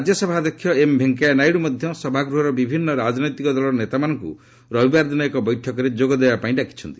ରାଜ୍ୟସଭା ଅଧ୍ୟକ୍ଷ ଏମ୍ ଭେଙ୍କିୟା ନାଇଡ଼ୁ ମଧ୍ୟ ସଭାଗୃହର ବିଭିନ୍ନ ରାଜନୈତିକ ଦଳର ନେତାମାନଙ୍କୁ ରବିବାର ଦିନ ଏକ ବୈଠକରେ ଯୋଗ ଦେବାପାଇଁ ଡାକିଛନ୍ତି